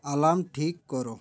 alarm ଠିକ୍ କର